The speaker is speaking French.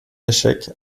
échec